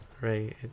Right